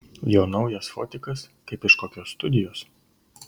jo naujas fotikas kaip iš kokios studijos